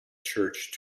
church